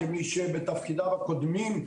כמי שבתפקידיו הקודמים,